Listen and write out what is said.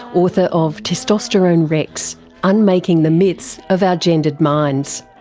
author of testosterone rex unmaking the myths of our gendered minds.